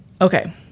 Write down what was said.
Okay